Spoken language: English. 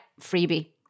freebie